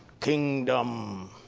Kingdom